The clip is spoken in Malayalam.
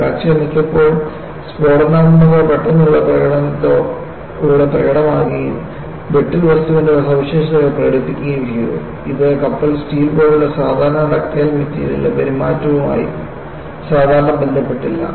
ഫ്രാക്ചർ മിക്കപ്പോഴും സ്ഫോടനാത്മക പെട്ടെന്നുള്ള പ്രകടനത്തിലൂടെ പ്രകടമാവുകയും ബ്രിട്ടിൽ വസ്തുവിൻറെ സവിശേഷതകൾ പ്രകടിപ്പിക്കുകയും ചെയ്തു ഇത് കപ്പൽ സ്റ്റീൽ പോലുള്ള സാധാരണ ഡക്റ്റൈൽ മെറ്റീരിയലിന്റെ പെരുമാറ്റവുമായി സാധാരണ ബന്ധപ്പെട്ടിട്ടില്ല